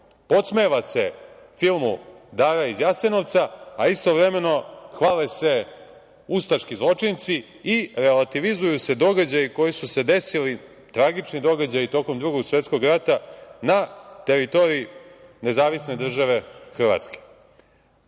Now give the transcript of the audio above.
podsmeva se filmu „Dara iz Jasenovca“, a istovremeno hvale se ustaški zločinci i relativizuju se događaji koji su se desili tragični događaji tokom Drugog svetskog rata na teritoriji NDH.Ja želim da ukažem